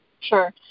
Sure